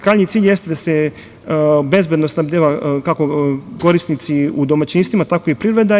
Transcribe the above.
Krajnji cilj jeste da se bezbedno snabdeva kako korisnici u domaćinstvima, tako i privreda.